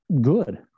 good